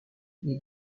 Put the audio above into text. les